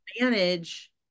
manage